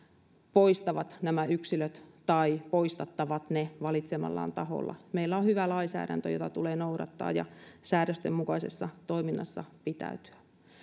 poistavat nämä yksilöt tai poistattavat ne valitsemallaan taholla meillä on hyvä lainsäädäntö jota tulee noudattaa ja säädösten mukaisessa toiminnassa pitäytyä